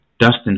Dustin